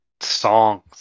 songs